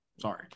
sorry